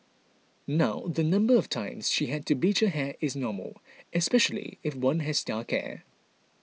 now the number of times she had to bleach her hair is normal especially if one has dark hair